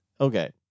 okay